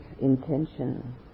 intention